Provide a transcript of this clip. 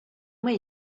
way